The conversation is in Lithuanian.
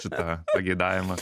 šitą pageidavimą